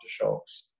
aftershocks